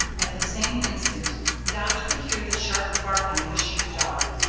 at the same instant dot could hear the sharp barking of a sheep dog,